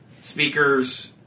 speakers